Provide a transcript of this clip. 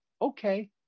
okay